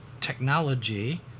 technology